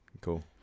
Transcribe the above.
Cool